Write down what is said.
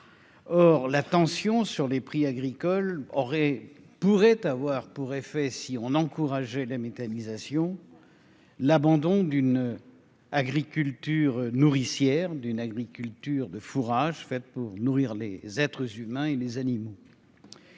Or la tension sur les prix agricoles pourrait avoir pour effet, si l'on encourageait les méthanisations, l'abandon d'une agriculture nourricière, d'une agriculture de fourrage, dont l'objet est de nourrir les êtres humains et les animaux.